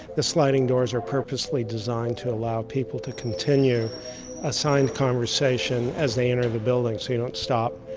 the sliding doors are purposely designed to allow people to continue a signed conversation as they enter the building so you don't stop,